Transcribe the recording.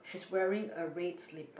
she's wearing a red slipper